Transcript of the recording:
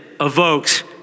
evokes